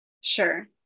Sure